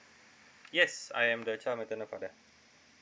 yes I am the child natural father